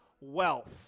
wealth